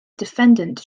defendant